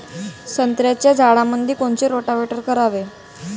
संत्र्याच्या झाडामंदी कोनचे रोटावेटर करावे?